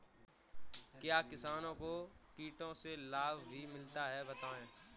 क्या किसानों को कीटों से लाभ भी मिलता है बताएँ?